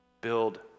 Build